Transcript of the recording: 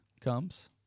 comes